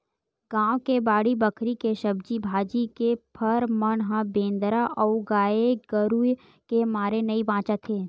गाँव के बाड़ी बखरी के सब्जी भाजी, के फर मन ह बेंदरा अउ गाये गरूय के मारे नइ बाचत हे